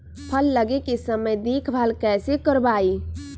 फल लगे के समय देखभाल कैसे करवाई?